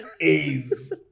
A's